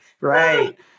Right